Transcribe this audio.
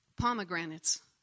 pomegranates